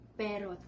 pero